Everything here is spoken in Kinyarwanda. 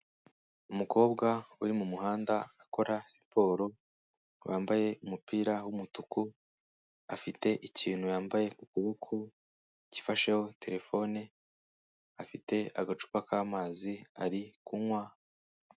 Umukobwa uri mu muhanda akora siporo, wambaye umupira w'umutuku, afite ikintu yambaye ku kuboko gifasheho telefone, afite agacupa k'amazi ari kunywa.